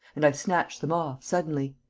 and i snatch them off, suddenly.